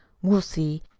we'll see.